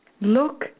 Look